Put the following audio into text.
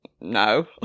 no